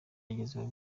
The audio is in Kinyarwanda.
agezeho